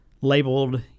labeled